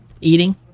eating